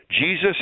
Jesus